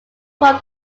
from